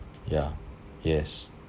ya yes